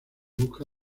busca